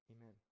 amen